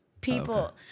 people